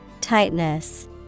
Tightness